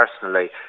personally